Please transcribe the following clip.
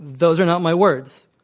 those are not my words.